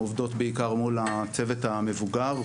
עובדות בעיקר מול הצוות המבוגר,